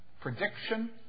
Prediction